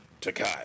Takai